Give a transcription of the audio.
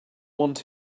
want